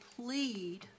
plead